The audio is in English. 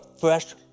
fresh